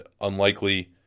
unlikely